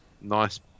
nice